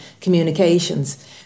communications